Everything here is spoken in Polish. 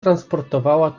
transportowała